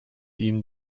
ihn